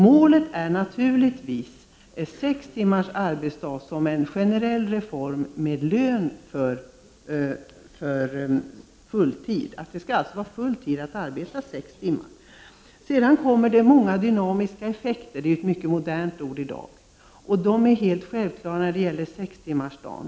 Målet är naturligtvis sex timmars arbetsdag med lön för full tid, som en generell reform. Sex timmars arbete per dag skall alltså vara full arbetstid. Det finns många dynamiska effekter — ett mycket modernt begrepp — av detta. När det gäller sextimmarsdagen är de helt självklara.